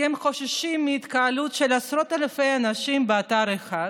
כי הם חוששים התקהלות של עשרות אלפי אנשים באתר אחד,